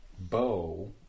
bow